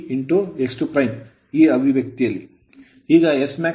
ಈಗ smax 0